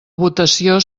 votació